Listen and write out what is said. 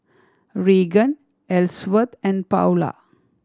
Reagan Elsworth and Paola